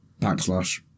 Backslash